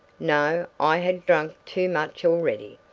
no, i had drunk too much already.